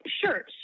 Sure